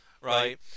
right